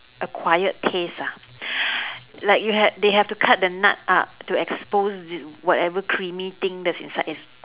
acquired taste ah like you ha~ they have to cut the nut up to expose this whatever creamy thing that's inside is